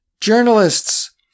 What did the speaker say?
journalists